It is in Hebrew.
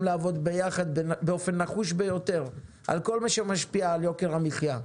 לעבוד ביחד באופן נחוש ביותר על כל מה שמשפיע על יוקר המחיה,